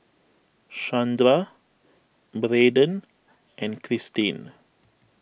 Shandra Braden and Christin